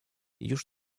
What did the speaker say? już